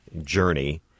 journey